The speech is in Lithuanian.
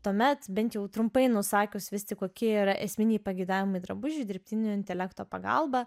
tuomet bent jau trumpai nusakius vis tik kokie yra esminiai pageidavimai drabužiui dirbtinio intelekto pagalba